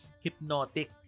hypnotic